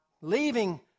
leaving